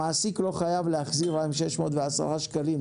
המעסיק לא חייב להחזיר להם 610 שקלים.